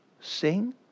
sing